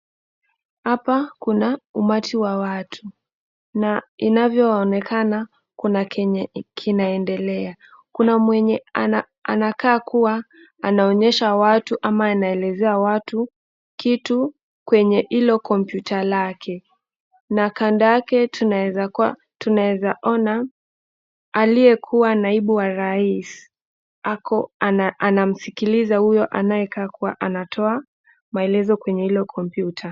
Hapa kuna umati wa watu, na inavyoonekana kuna kenye kinaendelea. Kuna mwenye anakaa kuwa anaonyesha watu ama anaeleza watu kitu kwenye hilo komputa lake. Na kando yake tunaeza ona aliyekuwa naibu wa raisi, ako anamsikiliza huyo anaekaa kuwa anatoa maelezo kwenye hilo kompyuta.